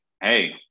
hey